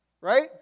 right